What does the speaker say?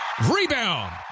rebound